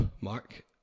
Mark